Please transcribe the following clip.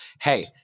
Hey